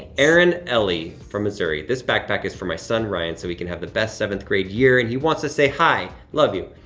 aaron ellie from missouri, this backpack is for my son, ryan, so he can have the best seventh grade year and he wants to say, hi, love you.